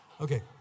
Okay